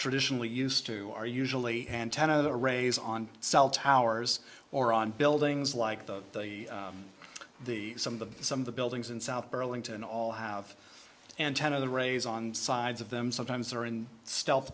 traditionally used to are usually antenna raised on cell towers or on buildings like those the some of the some of the buildings in south burlington all have antenna the rays on the sides of them sometimes are in stealth